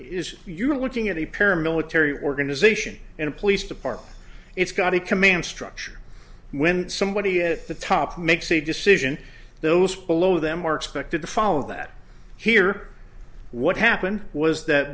is you're looking at the paramilitary organization in a police department it's got a command structure when somebody at the top makes a decision those below them are expected to follow that here what happened was that